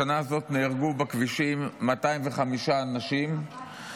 בשנה הזאת נהרגו בכבישים 205 אנשים,